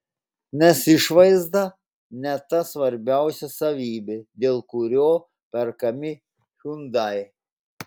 nes išvaizda ne ta svarbiausia savybė dėl kurio perkami hyundai